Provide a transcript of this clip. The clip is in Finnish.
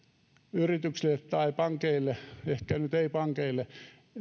yrityksille tai pankeille ehkä nyt ei pankeille